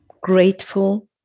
grateful